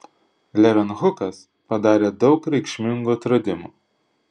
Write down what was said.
levenhukas padarė daug reikšmingų atradimų